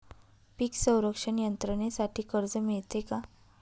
पीक संरक्षण यंत्रणेसाठी कर्ज मिळते का?